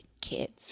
kids